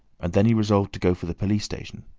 and then he resolved to go for the police station.